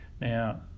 Now